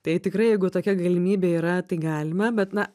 tai tikrai jeigu tokia galimybė yra tai galima bet na